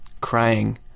crying